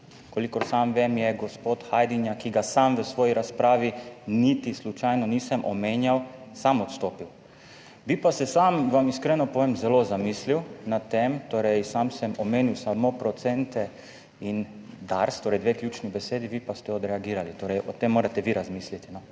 Kolikor sam vem, je gospod Hajdinjak, ki ga sam v svoji razpravi niti slučajno nisem omenjal, sam odstopil. Bi pa se sam, vam iskreno povem, zelo zamislil nad tem, torej sam sem omenil samo procente in DARS, torej dve ključni besedi, vi pa ste odreagirali. Torej o tem morate vi razmisliti,